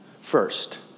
first